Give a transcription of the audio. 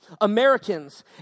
Americans